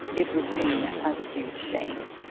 it was seen as a huge shame.